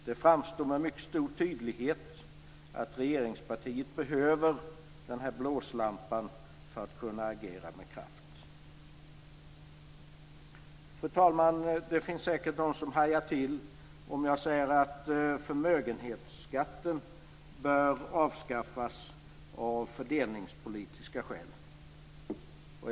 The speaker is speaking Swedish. Det framstår med mycket stor tydlighet att regeringspartiet behöver denna blåslampa för att kunna agera med kraft. Fru talman! Det finns säkert de som hajar till om jag säger att förmögenhetsskatten bör avskaffas av fördelningspolitiska skäl.